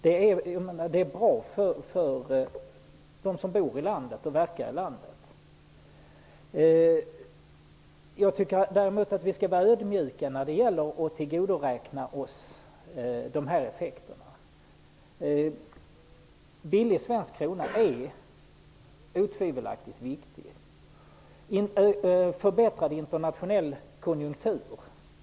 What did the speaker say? Det är bra för dem som bor och verkar i landet. Men jag tycker att vi skall vara ödmjuka när det gäller att tillgodoräkna oss de positiva effekterna. En billig svensk krona är otvivelaktigt viktig liksom en förbättrad internationell konjunktur.